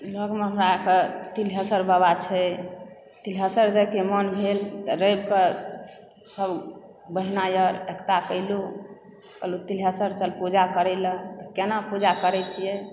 लगमे हमरा आरकऽ तिल्हेश्वर बाबा छै तिल्हेश्वर जायके मन भेल तऽ रविकऽ सभ बहिना अर एकता कयलू कहलूँ तिल्हेश्वर चल पूजा करय लऽ केना पूजा करैत छियै